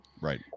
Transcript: Right